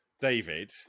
David